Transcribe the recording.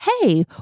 Hey